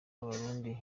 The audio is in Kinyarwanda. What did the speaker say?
barundi